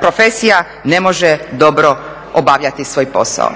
profesija ne može dobro obavljati svoj posao.